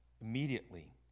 Immediately